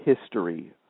history